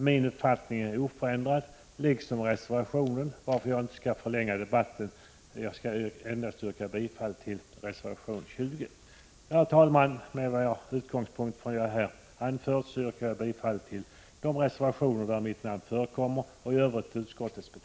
Min uppfattning — liksom reservationen — är oförändrad, varför jag icke skall förlänga debatten. Jag skall endast yrka bifall till reservation 20. Herr talman! Med utgångspunkt i vad jag anfört yrkar jag bifall till de reservationer där mitt namn förekommer och i övrigt till utskottets hem